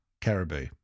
Caribou